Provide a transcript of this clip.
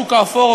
האפור,